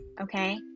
Okay